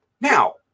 Now